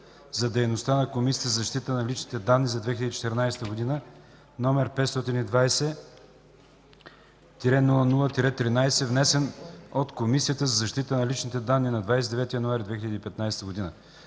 за дейността на Комисията за защита на личните данни за 2014 г., № 520-00-13, внесен от Комисията за защита на личните данни на 29 януари 2015 г.